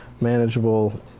manageable